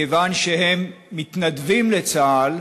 מכיוון שהם מתנדבים לצה"ל,